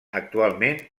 actualment